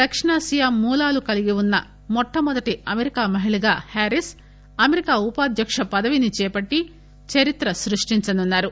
దక్షిణాసియా మూలాలు కలిగి ఉన్న మొట్టమొదటి అమెరికా మహిళాగా హారీస్ అమెరికా ఉపాధ్యక్ష పదవిని చేపట్టి చరిత్ర సృష్టించనున్నారు